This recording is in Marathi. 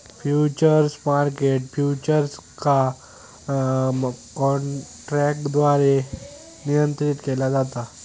फ्युचर्स मार्केट फ्युचर्स का काँट्रॅकद्वारे नियंत्रीत केला जाता